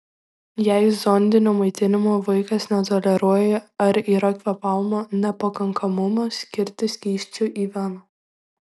jei zondinio maitinimo vaikas netoleruoja ar yra kvėpavimo nepakankamumas skirti skysčių į veną